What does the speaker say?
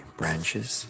branches